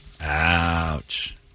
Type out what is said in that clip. Ouch